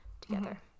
together